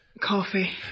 Coffee